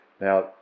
Now